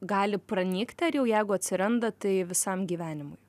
gali pranykti ar jau jeigu atsiranda tai visam gyvenimui